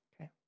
Okay